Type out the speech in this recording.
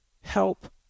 Help